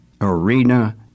arena